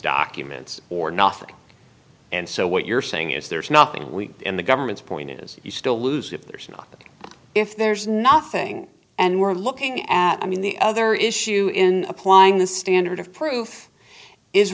documents or nothing and so what you're saying is there's nothing we in the government's point is you still lose if there's not if there's nothing and we're looking at i mean the other issue in applying the standard of proof is